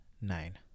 nine